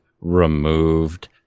removed